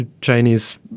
Chinese